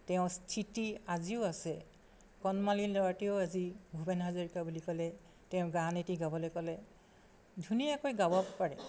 তেওঁ স্থিতি আজিও আছে কনমালি ল'ৰাটিয়েও আজি ভূপেন হাজৰিকা বুলি ক'লে তেওঁৰ গান এটি গাবলৈ ক'লে ধুনীয়াকৈ গাব পাৰে